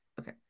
Okay